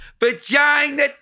vagina